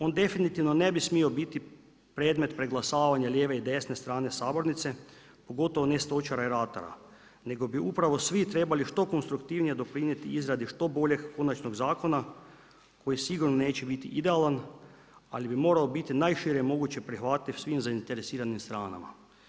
On definitivno ne bi smio biti predmet preglasanja lijeve i desne strane sabornice pogotovo ne stočara i ratara nego bi upravo svi trebali što konstruktivnije doprinijeti izradi što boljeg konačnog zakona koji sigurno neće biti idealan ali bi morao biti najšire moguće prihvatljiv svim zainteresiranim stranama.